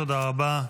תודה רבה.